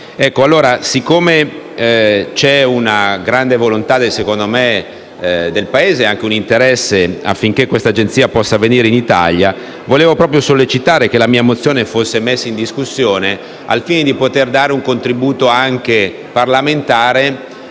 anno. Allora, poiché c'è una grande volontà del Paese e anche un interesse che questa agenzia possa venire in Italia, vorrei sollecitare affinché la mia mozione sia messa in discussione al fine di poter dare un contributo anche parlamentare